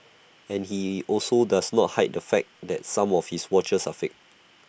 and he also does not hide the fact that some of his watches are fakes